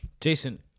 Jason